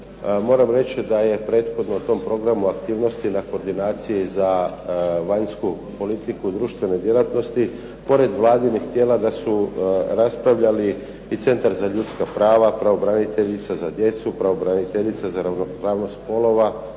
Moram reći da je prethodno u tom programu aktivnosti na koordinaciji za vanjsku politiku društvenoj djelatnosti, pored vladinih tijela, da su raspravljali i Centar za ljudska prava, pravobraniteljica za djecu, pravobraniteljica za ravnopravnost spolova,